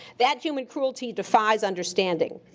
that human cruelty defies understanding.